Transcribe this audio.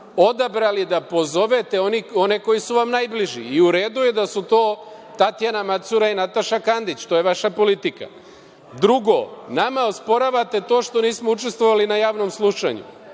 odabrali da pozovete one koji su vam najbliži, i u redu je da su to Tatjana Macura i Nataša Kandić, to je vaša politika. Drugo, nama osporavate to što nismo učestvovali na Javnoj slušanju